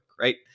right